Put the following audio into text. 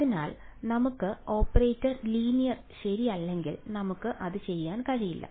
അതിനാൽ നമ്മുടെ operator linear ശരിയല്ലെങ്കിൽ നമുക്ക് ഇത് ചെയ്യാൻ കഴിയില്ല